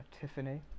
Tiffany